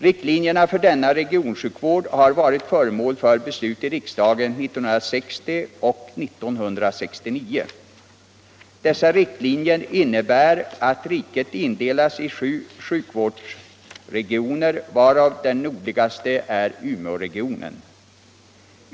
Riktlinjerna för denna regionsjukvård har varit föremål för beslut i riksdagen 1960 och 1969. Dessa riktlinjer innebär att riket indelas i sju sjukvårdsregioner, varav den nordligaste är Umeåregionen.